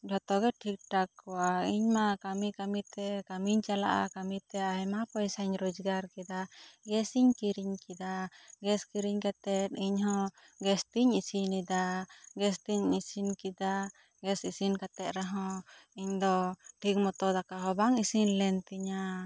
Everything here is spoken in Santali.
ᱡᱷᱚᱛᱚ ᱜᱮ ᱴᱷᱤᱠ ᱴᱷᱟᱠ ᱠᱚᱭᱟ ᱤᱧ ᱢᱟ ᱠᱟᱹᱢᱤ ᱠᱟᱹᱢᱤ ᱛᱮ ᱠᱟᱹᱢᱤᱧ ᱪᱟᱞᱟᱜᱼᱟ ᱠᱟᱹᱢᱤ ᱛᱮ ᱟᱭᱢᱟ ᱯᱚᱭᱥᱟᱧ ᱨᱳᱡᱽᱜᱟᱨ ᱠᱮᱫᱟ ᱜᱮᱥ ᱤᱧ ᱠᱤᱨᱤᱧ ᱠᱮᱫᱟ ᱜᱮᱥ ᱠᱤᱨᱤᱧ ᱠᱟᱛᱮᱜ ᱤᱧᱦᱚᱸ ᱜᱮᱥ ᱛᱤᱧ ᱤᱥᱤᱱ ᱮᱫᱟ ᱜᱮᱥ ᱛᱤᱧ ᱤᱥᱤᱱ ᱠᱮᱫᱟ ᱜᱮᱥ ᱤᱥᱤᱱ ᱠᱟᱛᱮᱜ ᱨᱮᱦᱚᱸ ᱤᱧ ᱫᱚ ᱴᱷᱤᱠ ᱢᱚᱛᱚ ᱫᱟᱠᱟ ᱦᱚᱸ ᱵᱟᱝ ᱤᱥᱤᱱ ᱞᱮᱱ ᱛᱤᱧᱟ